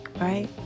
right